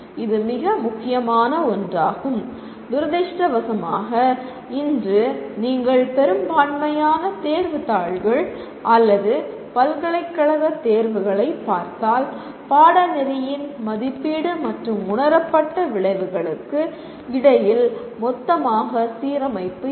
இது மிக முக்கியமான ஒன்றாகும் துரதிர்ஷ்டவசமாக இன்று நீங்கள் பெரும்பான்மையான தேர்வுத் தாள்கள் அல்லது பல்கலைக்கழகத் தேர்வுகளைப் பார்த்தால் பாடநெறியின் மதிப்பீடு மற்றும் உணரப்பட்ட விளைவுகளுக்கு இடையில் மொத்தமாக சீரமைப்பு இல்லை